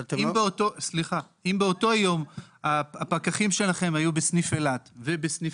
אם באותו יום הפקחים שלכם היו בסניף אילת ובסניף